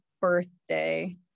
birthday